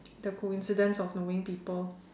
the coincidence of knowing people